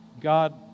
God